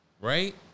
Right